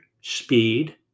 speed